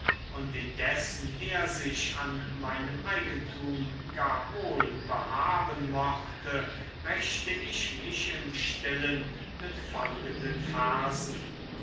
und indessen er sich an meinem eigentum gar wohl behaben mochte rächte ich mich im stillen mit folgenden versen